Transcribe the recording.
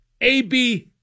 A-B